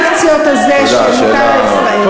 הסנקציות הזה שמוטל על ישראל?